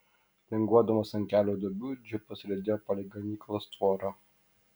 linguodamas ant kelio duobių džipas riedėjo palei gamyklos tvorą